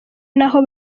naho